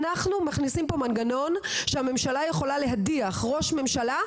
אנחנו מכניסים פה מנגנון שהממשלה יכולה להדיח ראש ממשלה,